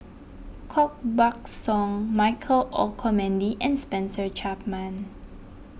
Koh Buck Song Michael Olcomendy and Spencer Chapman